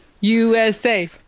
usa